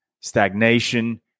stagnation